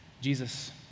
Jesus